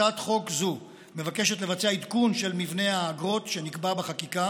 הצעת חוק זו מבקשת לבצע עדכון של מבנה האגרות שנקבע בחקיקה